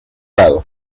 lado